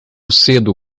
cedo